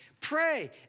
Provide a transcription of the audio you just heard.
Pray